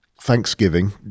thanksgiving